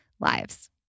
lives